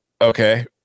Okay